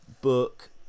book